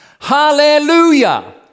Hallelujah